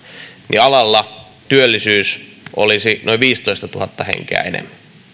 niin alalla työllisyys olisi noin viisitoistatuhatta henkeä enemmän